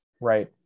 right